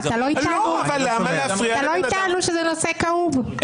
אתה לא איתנו שזה נושא כאוב?